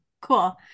Cool